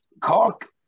Cork